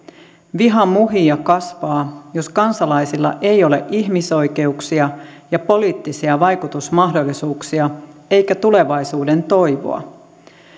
viha muhii ja kasvaa jos kansalaisilla ei ole ihmisoikeuksia ja poliittisia vaikutusmahdollisuuksia eikä tulevaisuudentoivoa